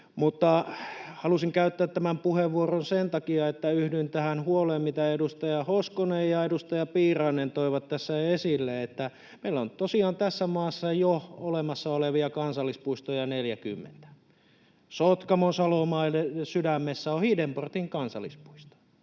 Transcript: Mutta halusin käyttää tämän puheenvuoron sen takia, että yhdyn tähän huoleen, minkä edustaja Hoskonen ja edustaja Piirainen toivat tässä esille, että meillä on tosiaan tässä maassa jo olemassa olevia kansallispuistoja 40. Sotkamon salomaiden sydämessä on Hiidenportin kansallispuisto.